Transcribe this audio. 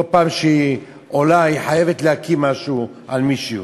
כל פעם שהיא עולה, היא חייבת להקיא משהו על מישהו.